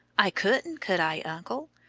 i couldn't, could i, uncle?